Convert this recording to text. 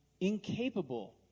incapable